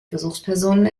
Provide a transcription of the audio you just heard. versuchspersonen